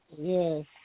Yes